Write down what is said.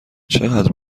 چقدر